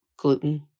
gluten